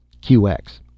QX